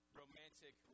romantic